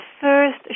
first